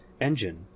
engine